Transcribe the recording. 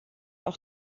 auch